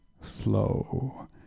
slow